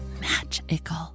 magical